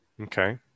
Okay